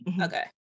Okay